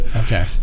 Okay